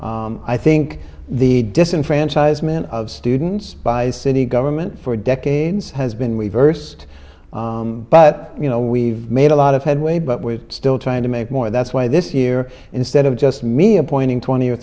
i think the disenfranchisement of students by city government for decades has been reversed but you know we've made a lot of headway but we're still trying to make more that's why this year instead of just me appointing twenty or